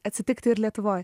atsitikti ir lietuvoj